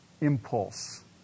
impulse